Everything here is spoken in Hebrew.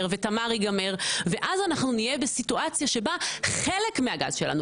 ותמר ייגמר ואז אנחנו נהיה בסיטואציה שבה חלק מהגז שלנו,